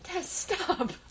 Stop